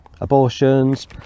abortions